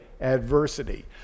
adversity